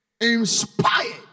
inspired